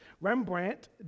Rembrandt